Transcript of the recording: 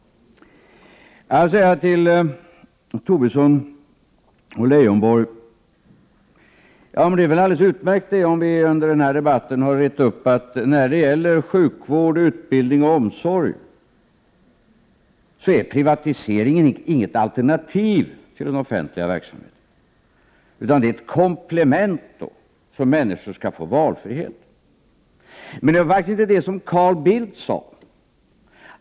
Till Lars Tobisson och Lars Leijonborg: Det är väl alldeles utmärkt om vi under den här debatten har rett ut att när det gäller sjukvård, utbildning och omsorg är privatiseringen inget alternativ till den offentliga verksamheten, utan ett komplement för att människor skall få valfrihet. Men det var faktiskt 73 inte det som Carl Bildt sade.